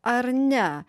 ar ne